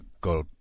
go